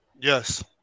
Yes